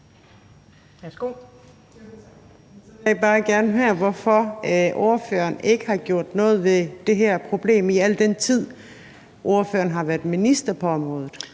hvorfor ordføreren ikke har gjort noget ved det her problem i al den tid, ordføreren har været minister på området.